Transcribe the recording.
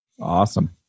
Awesome